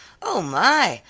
oh, my!